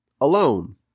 alone